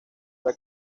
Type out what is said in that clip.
era